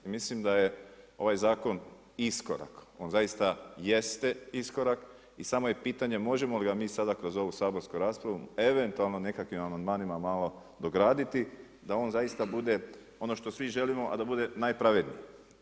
Mislim da je ovaj zakon iskorak, on zaista jeste iskorak i samo je pitanje možemo li ga mi sada kroz ovu saborsku raspravu eventualno nekakvim amandmanima malo dograditi da on zaista bude ono što svi želimo, a da bude najpravednije.